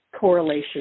correlation